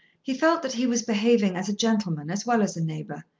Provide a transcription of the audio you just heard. he felt that he was behaving as a gentleman as well as a neighbour,